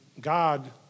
God